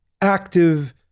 active